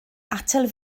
atal